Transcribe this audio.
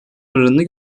oranını